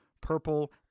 purple